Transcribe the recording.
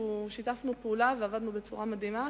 שיתפנו פעולה ועבדנו בצורה מדהימה,